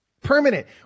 Permanent